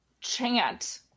chant